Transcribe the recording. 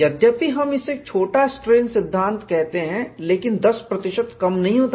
यद्यपि हम इसे एक छोटा स्ट्रेन सिद्धांत कहते हैं लेकिन 10 कम नहीं होता